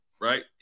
right